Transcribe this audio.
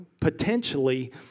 potentially